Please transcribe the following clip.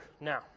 now